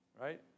Right